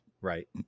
Right